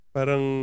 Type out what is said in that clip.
Parang